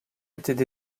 étaient